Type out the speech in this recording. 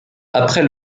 après